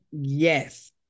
Yes